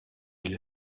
est